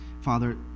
Father